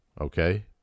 okay